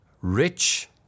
rich